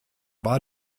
war